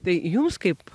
tai jums kaip